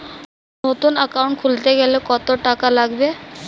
নতুন একাউন্ট খুলতে গেলে কত টাকা লাগবে?